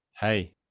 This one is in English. Hey